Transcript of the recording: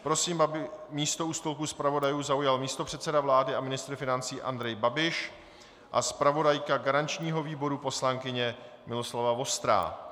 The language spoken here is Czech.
Prosím, aby místo u stolku zpravodajů zaujal místopředseda vlády a ministr financí Andrej Babiš a zpravodajka garančního výboru poslankyně Miloslava Vostrá.